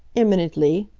eminently.